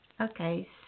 Okay